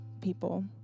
people